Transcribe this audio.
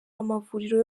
amavuriro